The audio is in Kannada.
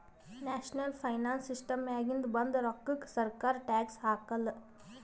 ನ್ಯಾಷನಲ್ ಪೆನ್ಶನ್ ಸಿಸ್ಟಮ್ನಾಗಿಂದ ಬಂದ್ ರೋಕ್ಕಾಕ ಸರ್ಕಾರ ಟ್ಯಾಕ್ಸ್ ಹಾಕಾಲ್